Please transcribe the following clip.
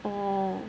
orh